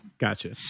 Gotcha